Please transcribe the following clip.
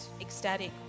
ecstatic